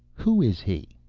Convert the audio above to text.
who is he?